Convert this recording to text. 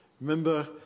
Remember